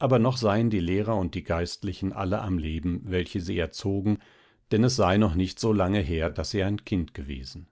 aber noch seien die lehrer und die geistlichen alle am leben welche sie erzogen denn es sei noch nicht so lange her daß sie ein kind gewesen